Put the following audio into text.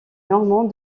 normands